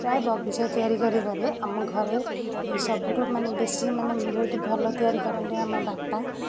ପ୍ରାୟ ବଗିଚା ତିଆରି କରିବାରେ ଆମ ଘରେ ସବୁଠୁ ମାନେ ବେଶୀ ମାନେ ବହୁତ ଭଲ ତିଆରି କରନ୍ତି ଆମ ବାପା